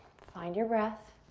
find your breath.